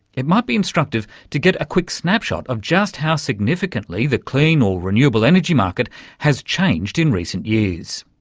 it might be instructive to get a quick snapshot of just how significantly the clean or renewable energy market has changed in recent years.